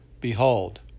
Behold